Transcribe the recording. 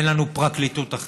אין לנו פרקליטות אחרת,